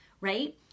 right